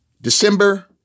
December